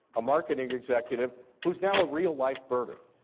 a marketing executive, who is now a real life birder.